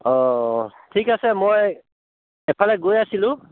অ' ঠিক আছে মই এফালে গৈ আছিলোঁ